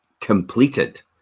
completed